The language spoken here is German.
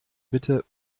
bitte